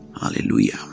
Hallelujah